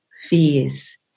fears